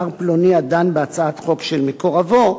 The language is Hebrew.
שר פלוני הדן בהצעת חוק של מקורבו,